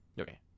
Okay